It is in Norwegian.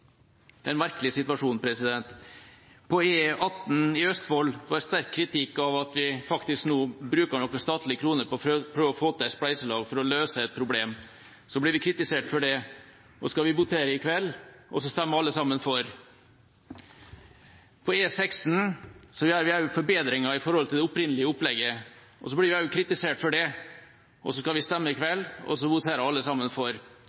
Det er en merkelig situasjon. Når det gjelder E18 i Østfold, kom det sterk kritikk for at vi bruker noen statlige kroner på å prøve å få til et spleiselag for å løse et problem. Så blir vi kritisert for det, men når vi skal votere i kveld, stemmer alle sammen for. På E16 gjør vi også forbedringer i forhold til det opprinnelige opplegget, og så blir vi også kritisert for det. Så skal vi votere i kveld, og så stemmer alle sammen for.